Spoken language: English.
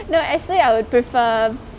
no actually I would prefer